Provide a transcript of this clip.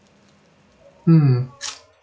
hmm